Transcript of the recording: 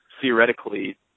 theoretically